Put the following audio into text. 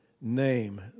name